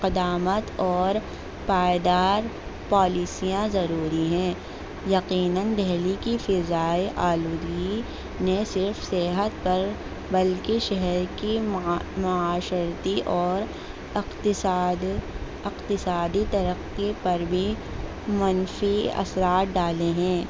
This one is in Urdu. اقدامات اور پائیدار پالیسیاں ضروری ہیں یقیناً دہلی کی فضائی آلودگی نے صرف صحت پر بلکہ شہر کی معاشرتی اور اقتصاد اقتصادی ترقی پر بھی منفی اثرات ڈالے ہیں